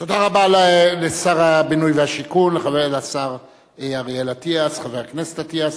תודה רבה לשר הבינוי והשיכון, חבר הכנסת אטיאס.